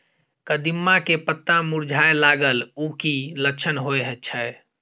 कदिम्मा के पत्ता मुरझाय लागल उ कि लक्षण होय छै?